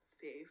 safe